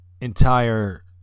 entire